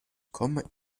komme